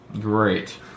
Great